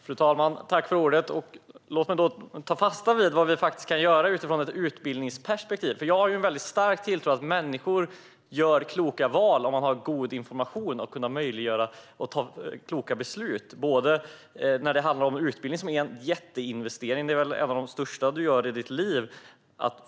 Fru talman! Låt mig ta fasta på vad vi faktiskt kan göra från ett utbildningsperspektiv. Jag har en mycket stor tilltro till att människor gör kloka val om de har god information för att kunna ta kloka beslut. Det handlar bland annat om utbildning, som är en jätteinvestering - en av de största som man gör i sitt liv.